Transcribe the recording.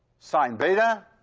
sine beta.